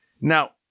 Now